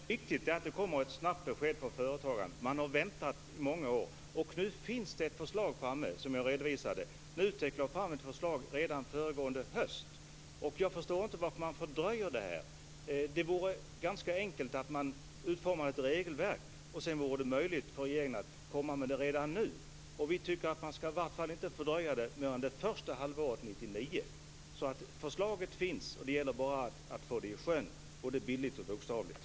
Fru talman! Det som är viktigt är att det kommer ett snabbt besked till företagarna. Man har väntat i många år. Nu finns det ett förslag framme, som jag redovisade. NUTEK lade fram ett förslag redan föregående höst. Jag förstår inte varför man fördröjer det. Det vore ganska enkelt att utforma ett regelverk. Det hade varit möjligt för regeringen att komma med det redan nu. Vi tycker att man i varje fall inte skall fördröja det mer än till första halvåret 1999. Förslaget finns. Det gäller bara att få det i sjön, både bildligt och bokstavligt.